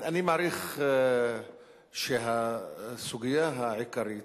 אני מעריך שהסוגיה העיקרית